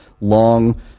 long